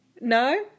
No